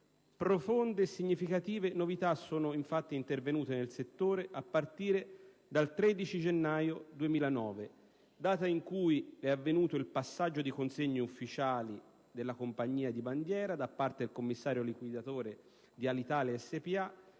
Profonde e significative novità sono infatti intervenute nel settore a partire dal 13 gennaio 2009, data in cui è avvenuto il passaggio di consegna ufficiale della compagnia di bandiera, da parte del commissario liquidatore di Alitalia S.p.A.,